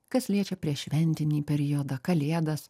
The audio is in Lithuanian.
kas liečia prieššventinį periodą kalėdas